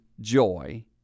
joy